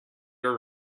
your